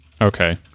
Okay